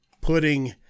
putting